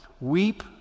weep